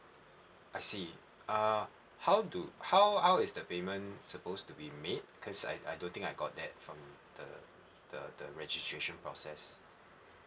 I see uh how do how how is the payment supposed to be made because I I don't think I got that from the the the registration process